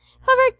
However